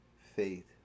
faith